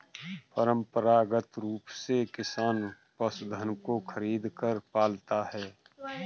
परंपरागत रूप से किसान पशुधन को खरीदकर पालता है